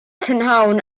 prynhawn